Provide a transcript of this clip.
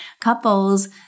couples